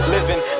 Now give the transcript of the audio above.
Living